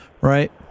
Right